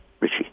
Richie